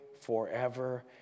forever